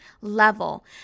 level